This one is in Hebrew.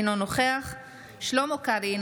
אינו נוכח שלמה קרעי,